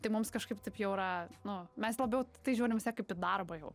tai mums kažkaip taip jau yra nu mes labiau į tai žiūrim vis tiek kaip į darbą jau